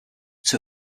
two